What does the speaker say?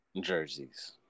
jerseys